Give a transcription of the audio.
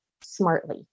smartly